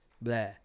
blah